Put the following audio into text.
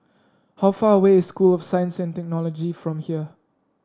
how far away is School of Science and Technology from here